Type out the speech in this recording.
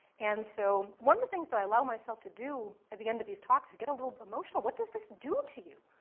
and so, one of the things that i allow myself to do at the end of these talks is get a little emotional. what does this do to you?